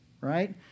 Right